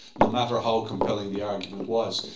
no matter how compelling the argument was.